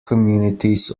communities